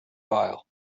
file